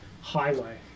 highway